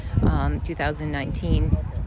2019